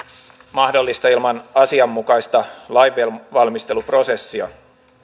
mahdollista ilman asianmukaista lainvalmisteluprosessia